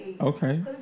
Okay